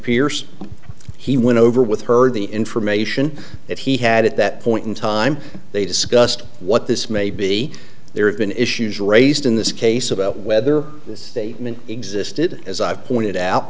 pierce he went over with her the information that he had at that point in time they discussed what this may be there have been issues raised in this case about whether this statement existed as i've pointed out